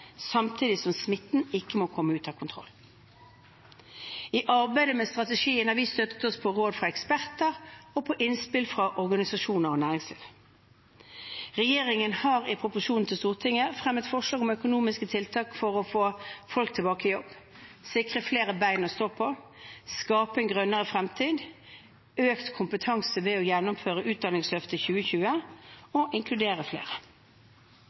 samtidig som smitten ikke må komme ut av kontroll. I arbeidet med strategien har vi støttet oss på råd fra eksperter og på innspill fra organisasjoner og næringsliv. Regjeringen har i proposisjonen til Stortinget fremmet forslag om økonomiske tiltak for å: få folk tilbake i jobb sikre flere bein å stå på skape en grønnere fremtid få økt kompetanse ved å gjennomføre Utdanningsløftet 2020 inkludere flere